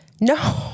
No